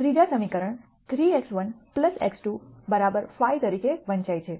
ત્રીજા સમીકરણ 3x1 x2 5 તરીકે વંચાઈ છે